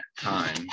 time